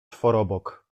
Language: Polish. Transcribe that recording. czworobok